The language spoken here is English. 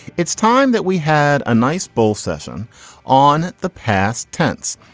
it's time that we had a nice bull session on the past tense.